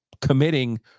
committing